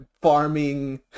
farming